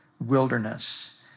wilderness